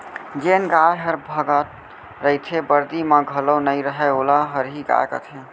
जेन गाय हर भागत रइथे, बरदी म घलौ नइ रहय वोला हरही गाय कथें